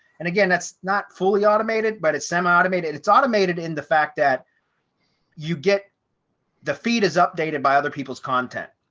and again, that's not fully automated, but it's semi automated, its automated in the fact that you get the feed is updated by other people's content.